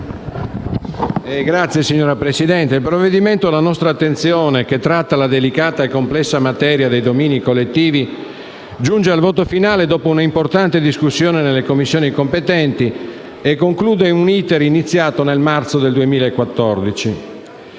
Signora Presidente, il provvedimento alla nostra attenzione, che tratta la delicata e complessa materia dei domini collettivi, giunge al voto finale dopo un'importante discussione nelle Commissioni competenti e conclude un *iter* iniziato nel marzo 2014.